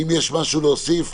אם יש משהו חשוב להוסיף,